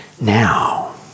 Now